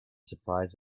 surprised